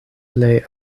plej